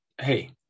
hey